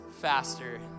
faster